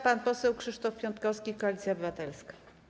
Pan poseł Krzysztof Piątkowski, Koalicja Obywatelska.